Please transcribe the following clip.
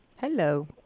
hello